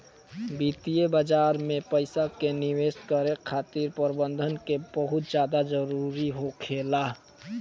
वित्तीय बाजार में पइसा के निवेश करे खातिर प्रबंधन के बहुत ज्यादा जरूरी होखेला